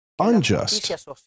unjust